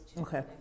Okay